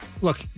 Look